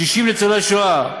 קשישים ניצולי שואה,